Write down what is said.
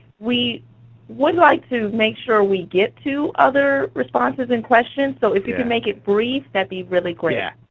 we would like to make sure we get to other responses and questions. so if you could make it brief, that would be really great. yeah